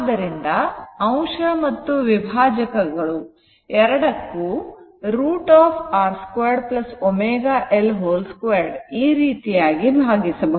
ಆದ್ದರಿಂದ ಅಂಶ ಮತ್ತು ವಿಭಾಜಕಗಳು ಎರಡಕ್ಕೂ √ R 2 ω L 2 ಈ ರೀತಿಯಾಗಿ ಭಾಗಿಸಬಹುದು